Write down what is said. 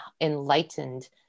enlightened